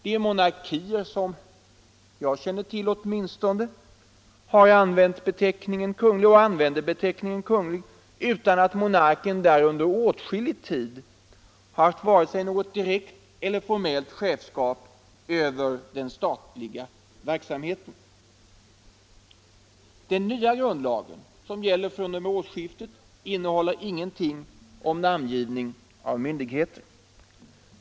De monarkier som jag känner till har använt och använder beteckningen Kunglig utan att monarken där under åtskillig tid haft vare sig direkt eller formellt chefsskap över den statliga verksamheten. Den nya grundlagen, som gäller fr.o.m. årsskiftet, innehåller ingenting om namngivning av myndigheter.